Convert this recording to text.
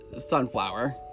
sunflower